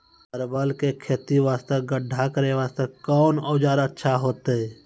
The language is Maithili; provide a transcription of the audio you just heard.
परवल के खेती वास्ते गड्ढा करे वास्ते कोंन औजार अच्छा होइतै?